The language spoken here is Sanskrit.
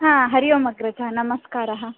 हा हरिः ओम् अग्रज नमस्कारः